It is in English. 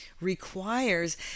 requires